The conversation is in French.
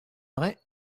vrai